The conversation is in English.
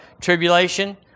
tribulation